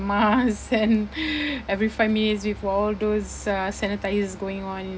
mask and every five minutes with all those uh sanitise going on